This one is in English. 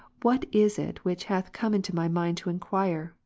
what is it which hath come into my mind to enquire,